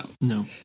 no